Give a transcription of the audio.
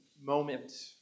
moment